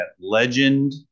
legend